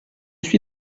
suis